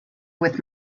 with